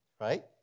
right